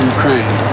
Ukraine